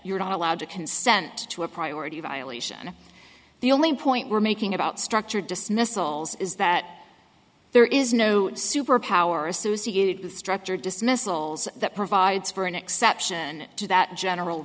you're not allowed to consent to a priority violation the only point we're making about structured dismissals is that there is no super power associated with structured dismissals that provides for an exception to that general